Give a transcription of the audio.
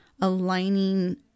aligning